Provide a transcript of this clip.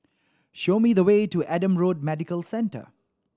show me the way to Adam Road Medical Centre